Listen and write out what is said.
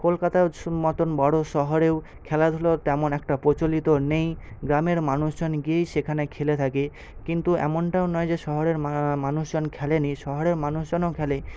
কলকাতা মতন বড়ো শহরেও খেলাধুলো তেমন একটা প্রচলিত নেই গ্রামের মানুষজন গিয়েই সেখানে খেলে থাকে কিন্তু এমনটাও নয় যে শহরের মানুষজন খেলে নি শহরের মানুষজনও খেলে